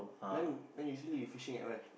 then then usually you fishing at where